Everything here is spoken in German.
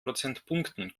prozentpunkten